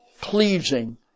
pleasing